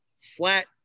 flat